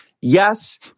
yes